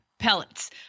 pellets